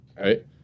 right